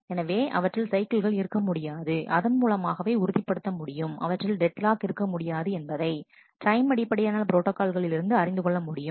எனவே அவற்றில் சைக்கிள்கள் இருக்க முடியாது அதன் மூலமாகவே உறுதிப்படுத்த முடியும் அவற்றில் டெட் லாக் இருக்க முடியாது என்பதை டைம் அடிப்படையிலான ப்ரோட்டாகால்களிலிருந்து அறிந்து கொள்ள முடியும்